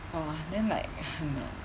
!wah! then 很难